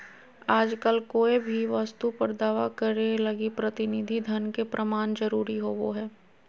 आजकल कोय भी वस्तु पर दावा करे लगी प्रतिनिधि धन के प्रमाण जरूरी होवो हय